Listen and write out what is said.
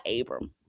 Abram